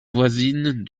voisine